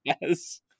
Yes